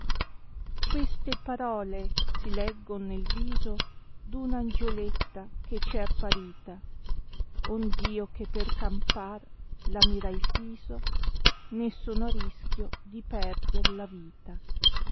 queste parole si leggon nel viso d'ana angioletta che ci è apparita ond io che per campar la mirai fiso nd sono a rischio di perder la vita